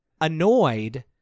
annoyed